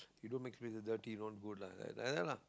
you don't make this place dirty not good lah like that lah